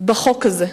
בחוק הזה.